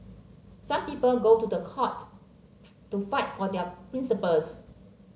some people go to the court to fight for their principles